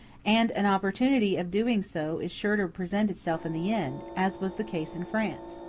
and an opportunity of doing so is sure to present itself in the end, as was the case in france.